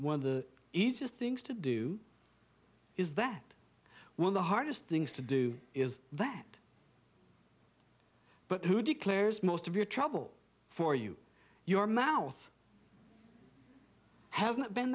one of the easiest things to do is that when the hardest things to do is that but who declares most of your trouble for you your mouth hasn't been